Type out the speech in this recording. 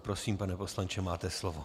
Prosím, pane poslanče, máte slovo.